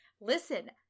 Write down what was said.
Listen